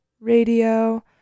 Radio